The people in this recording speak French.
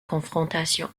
confrontation